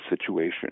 situation